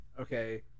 okay